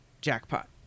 jackpot